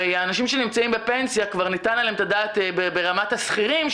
הרי אנשים שנמצאים בפנסיה כבר ניתן עליהם את הדעת ברמת השכירים,